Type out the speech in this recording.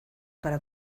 para